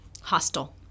hostile